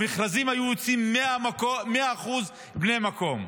המכרזים היו יוצאים, 100% בני המקום.